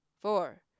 four